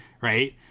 Right